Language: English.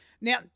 Now